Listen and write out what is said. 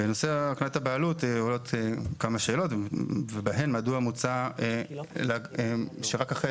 בנושא הקניית הבעלות עולות כמה שאלות ובהן מדוע מוצע שרק אחרי